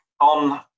on